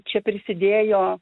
čia prisidėjo